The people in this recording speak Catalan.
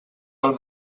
del